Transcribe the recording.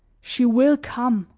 she will come,